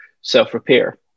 self-repair